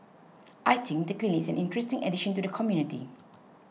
I think the clinic is an interesting addition to the community